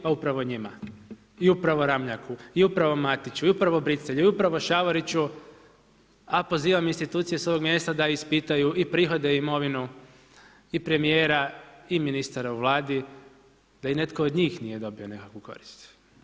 Pa upravo njima i upravo RAmljaku i upravo Matiću i upravo Bricelju i upravo Šavoriću, a pozivam institucije s ovog mjesta da ispitaju i prihode i imovinu i premijera i ministara u Vladi da netko od njih nije dobio nekakvu korist.